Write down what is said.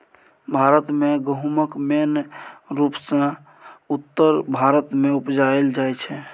भारत मे गहुम मेन रुपसँ उत्तर भारत मे उपजाएल जाइ छै